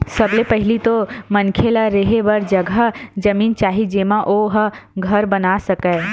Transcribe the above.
सबले पहिली तो मनखे ल रेहे बर जघा जमीन चाही जेमा ओ ह घर बना सकय